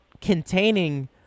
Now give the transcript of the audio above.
containing